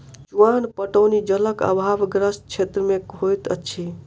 चुआन पटौनी जलक आभावग्रस्त क्षेत्र मे होइत अछि